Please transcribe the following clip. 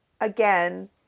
again